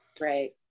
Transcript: Right